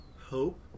Hope